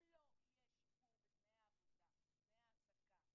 אם לא יהיה שיפור בתנאי העבודה, בתנאי ההעסקה,